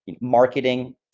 marketing